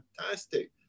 fantastic